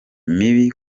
mibi